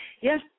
Yes